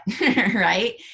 right